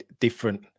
Different